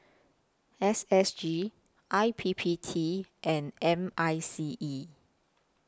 S S G I P P T and M I C E